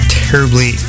terribly